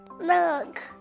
look